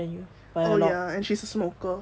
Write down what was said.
oh ya and she's a smoker